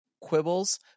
quibbles